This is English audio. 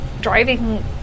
driving